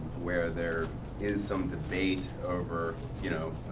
where there is some debate over, you know,